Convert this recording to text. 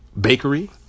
bakery